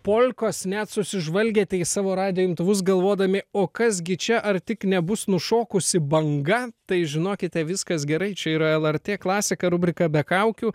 polkos net susižvalgėte į savo radijo imtuvus galvodami o kas gi čia ar tik nebus nušokusi banga tai žinokite viskas gerai čia yra lrt klasika rubrika be kaukių